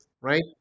right